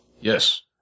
Yes